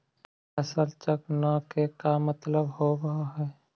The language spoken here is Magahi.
फसल चक्र न के का मतलब होब है?